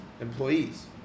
employees